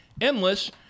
endless